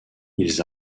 ils